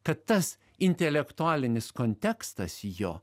kad tas intelektualinis kontekstas jo